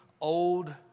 old